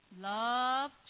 Love